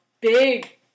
big